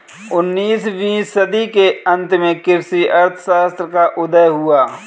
उन्नीस वीं सदी के अंत में कृषि अर्थशास्त्र का उदय हुआ